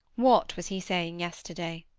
what was he saying yesterday?